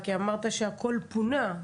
כי אמרת שהכל פונה.